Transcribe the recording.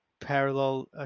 parallel